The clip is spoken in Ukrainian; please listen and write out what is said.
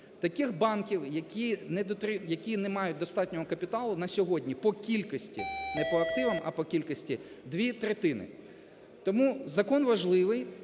Таких банків, які не мають достатнього капіталу на сьогодні по кількості, не по активам, а по кількості дві третини. Тому закон важливий.